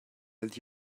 that